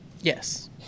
Yes